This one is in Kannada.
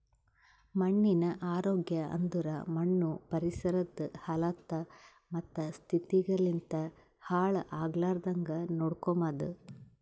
ಮಣ್ಣಿನ ಆರೋಗ್ಯ ಅಂದುರ್ ಮಣ್ಣು ಪರಿಸರದ್ ಹಲತ್ತ ಮತ್ತ ಸ್ಥಿತಿಗ್ ಲಿಂತ್ ಹಾಳ್ ಆಗ್ಲಾರ್ದಾಂಗ್ ನೋಡ್ಕೊಮದ್